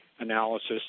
analysis